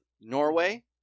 Norway